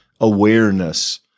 awareness